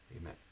amen